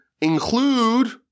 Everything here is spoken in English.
include